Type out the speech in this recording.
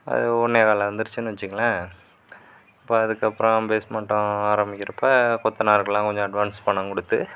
அது ஒன்னேகால் வந்திருச்சின்னு வச்சிகங்களேன் இப்போ அதுக்கப்புறம் பேஸ்மட்டம் ஆரமிக்கிறப்போ கொத்தனாருக்கெல்லாம் கொஞ்சம் அட்வான்ஸ் பணம் கொடுத்து